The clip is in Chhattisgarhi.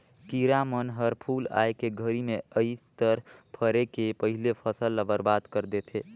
किरा मन हर फूल आए के घरी मे अइस त फरे के पहिले फसल ल बरबाद कर देथे